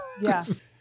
yes